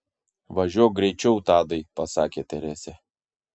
važiuok greičiau tadai pasakė teresė